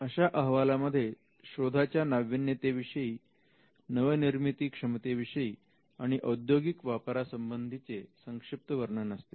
अशा अहवालामध्ये शोधाच्या नावीन्यते विषयी नवनिर्मिती क्षमतेविषयी आणि औद्योगिक वापरासंबंधी चे संक्षिप्त वर्णन असते